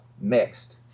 mixed